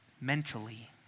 mentally